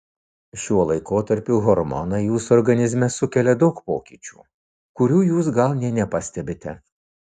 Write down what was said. šiuo laikotarpiu hormonai jūsų organizme sukelia daug pokyčių kurių jūs gal nė nepastebite